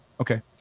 Okay